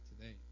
today